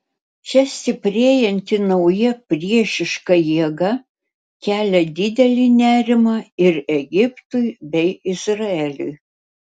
čia stiprėjanti nauja priešiška jėga kelia didelį nerimą ir egiptui bei izraeliui